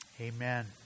Amen